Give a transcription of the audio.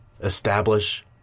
establish